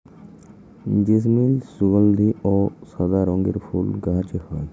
জেসমিল সুগলধি অ সাদা রঙের ফুল গাহাছে হয়